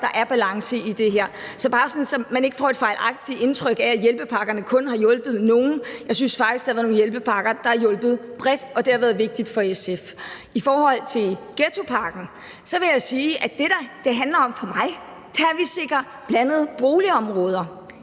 der er balance i det her. Det siger jeg bare, for at man ikke får et fejlagtigt indtryk af, at hjælpepakkerne kun har hjulpet nogle; jeg synes faktisk, det har været nogle hjælpepakker, der har hjulpet bredt, og det har været vigtigt for SF. I forhold til ghettopakken vil jeg sige, at det, det handler om for mig, er, at vi sikrer blandede boligområder.